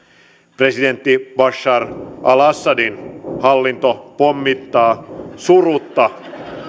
presidentti bashar al assadin hallinto pommittaa surutta